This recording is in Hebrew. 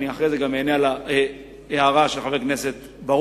אחרי זה אני גם אענה על ההערה של חבר הכנסת בר-און.